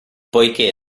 poiché